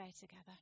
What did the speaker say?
together